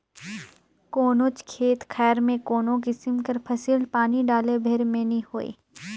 कोनोच खेत खाएर में कोनो किसिम कर फसिल पानी डाले भेर में नी होए